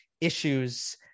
issues